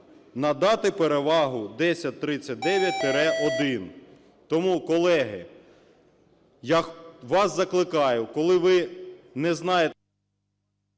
надати перевагу 1039-1. Тому, колеги, я вас закликаю, коли ви не знаєте…